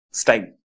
style